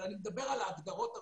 אני מדבר על ההגדרות הרחבות.